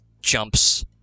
jumps